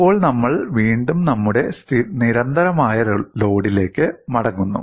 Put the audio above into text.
ഇപ്പോൾ നമ്മൾ വീണ്ടും നമ്മുടെ നിരന്തരമായ ലോഡിലേക്ക് മടങ്ങുന്നു